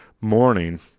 morning